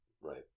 right